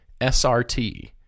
SRT